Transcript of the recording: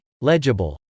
legible